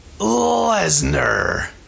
Lesnar